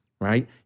right